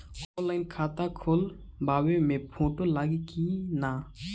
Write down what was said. Online खाता खोलबाबे मे फोटो लागि कि ना?